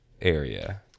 area